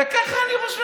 וכך אני ראש ממשלה.